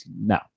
no